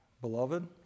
beloved